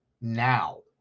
now